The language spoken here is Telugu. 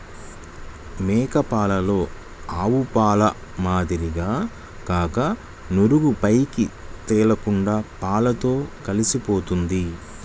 మేక పాలలో ఆవుపాల మాదిరిగా కాక నురుగు పైకి తేలకుండా పాలతో కలిసిపోతుంది